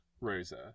Rosa